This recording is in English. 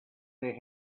they